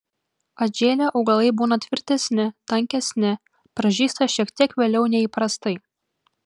atžėlę augalai būna tvirtesni tankesni pražysta šiek tiek vėliau nei įprastai